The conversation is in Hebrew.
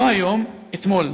לא היום, אתמול.